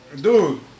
Dude